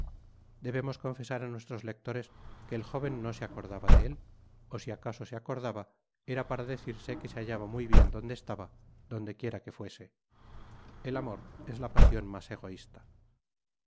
debemos confesar á nuestros lectores que el jóven no se acordaba de él ó si acaso se acordaba era para decirse que se hallaba muy bien donde estaba donde quiera que füense el amor es la pasion mas egoísta